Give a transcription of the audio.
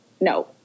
no